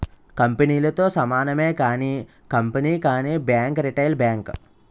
కంపెనీలతో సమానమే కానీ కంపెనీ కానీ బ్యాంక్ రిటైల్ బ్యాంక్